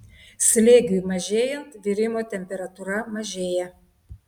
slėgiui mažėjant virimo temperatūra mažėja